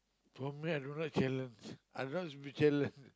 for me I don't like challenge I don't like to be challenged